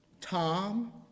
Tom